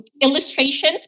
illustrations